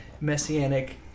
messianic